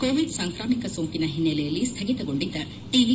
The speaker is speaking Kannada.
ಕೋವಿಡ್ ಸಾಂಕ್ರಾಮಿಕ ಸೋಂಕಿನ ಹಿನ್ನೆಲೆಯಲ್ಲಿ ಸ್ತಗಿತಗೊಂಡಿದ್ದ ಟಿ